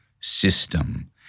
system